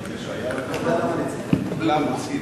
למה?